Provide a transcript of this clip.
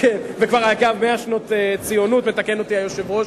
100 שנות ציונות, מתקן אותי היושב-ראש.